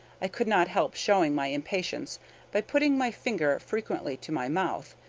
i could not help showing my impatience by putting my finger frequently to my mouth,